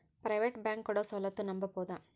Private bank ಕೊಡೊ ಸೌಲತ್ತು ನಂಬಬೋದ?